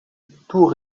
tout